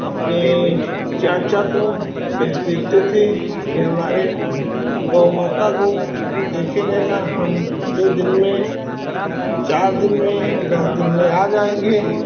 अपने चाचा को कह देते थे कि हमारे गौ माता को देखते रहना हम दो दिन में चार दिन में दस दिन में आ जाएँगे